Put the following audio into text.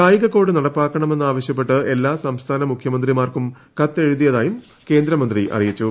കായിക കോഡ് നടപ്പാക്കണമെന്ന് ആവശ്യപ്പെട്ട് എല്ലാ സംസ്ഥാന മുഖ്യമന്ത്രിമാർക്കും കത്തെഴുതിയതായും കേന്ദ്രമന്ത്രി അറിയിച്ചു